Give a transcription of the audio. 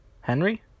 Henry